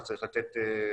אבל צריך לתת